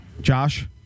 Josh